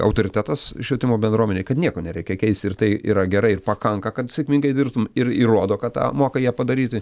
autoritetas švietimo bendruomenėj kad nieko nereikia keist ir tai yra gerai ir pakanka kad sėkmingai dirbtum ir įrodo kad tą moka jie padaryti